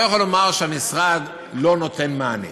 אני לא יכול לומר שהמשרד לא נותן מענה.